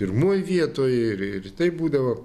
pirmoj vietoj ir ir taip būdavo